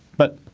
but